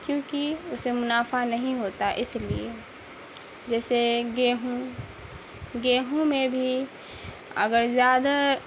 کیونکہ اسے منافع نہیں ہوتا اس لیے جیسے گیہوں گیہوں میں بھی اگر زیادہ